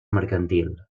mercantil